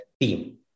team